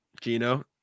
Gino